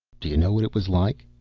do you know what it was like?